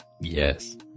Yes